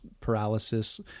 paralysis